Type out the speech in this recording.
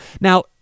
Now